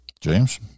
James